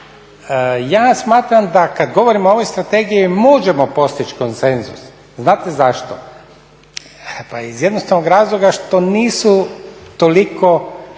Ja smatram da kad govorimo o ovoj strategiji, možemo postići konsenzus. Znate zašto? Pa iz jednostavnog razloga što nisu toliko